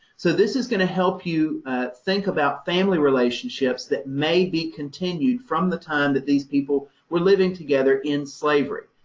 so this is going to help you think about family relationships that may be continued from the time that these people were living together in slavery.